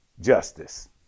justice